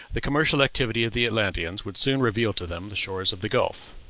the commercial activity of the atlanteans would soon reveal to them the shores of the gulf.